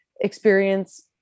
experience